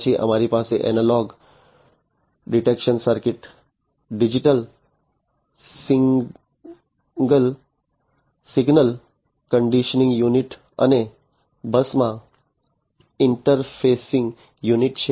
પછી અમારી પાસે analogue detection circuit digital signal conditioning unit અને બસમાં ઇન્ટરફેસિંગ યુનિટ છે